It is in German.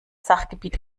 sachgebiet